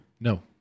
No